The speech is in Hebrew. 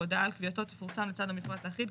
והודעה על קביעתו תפורסם לצד המפרט האחיד,